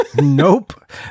Nope